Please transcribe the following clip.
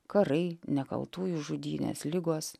karai nekaltųjų žudynės ligos